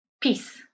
peace